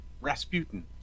Rasputin